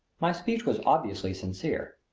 my speech was obviously sincere.